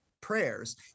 prayers